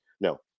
No